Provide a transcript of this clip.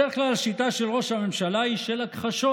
בדרך כלל השיטה של ראש הממשלה היא של הכחשות,